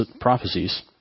prophecies